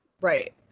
Right